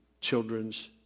children's